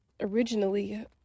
originally